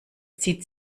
zieht